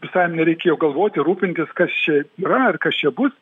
visai jiem nereikėjo galvoti rūpintis kas čia yra ar kas čia bus